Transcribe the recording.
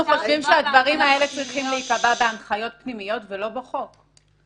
אנחנו חושבים שהדברים האלה צריכים להיקבע בהנחיות פנימיות ולא בחוק.